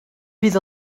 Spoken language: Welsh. bydd